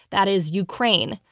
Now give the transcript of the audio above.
that is ukraine,